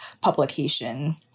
publication